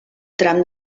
tram